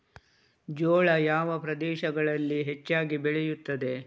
ಜೋಳ ಯಾವ ಪ್ರದೇಶಗಳಲ್ಲಿ ಹೆಚ್ಚಾಗಿ ಬೆಳೆಯುತ್ತದೆ?